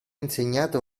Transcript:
insegnata